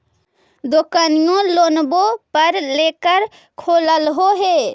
दोकनिओ लोनवे पर लेकर खोललहो हे?